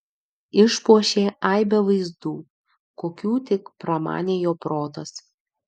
išpuošė aibe vaizdų kokių tik pramanė jo protas